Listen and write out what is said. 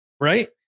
Right